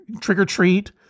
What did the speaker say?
trick-or-treat